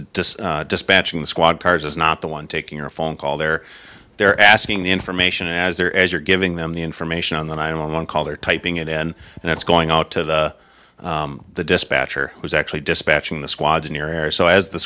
disk dispatching the squad cars is not the one taking a phone call they're they're asking the information as they're as you're giving them the information on the nine one one call they're typing it in and it's going out to the the dispatcher who's actually dispatching the squads in your area so as the